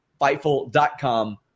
Fightful.com